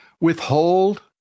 withhold